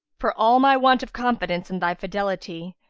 for all my want of confidence in thy fidelity,